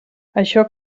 això